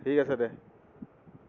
ঠিক আছে দে